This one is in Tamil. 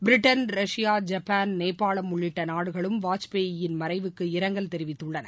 பிரிட்டன் ரஷ்யா ஜப்பான் நேபாளம் உள்ளிட்ட நாடுகளும் வாஜ்பாய் மறைவுக்கு இரங்கல் தெரிவித்துள்ளன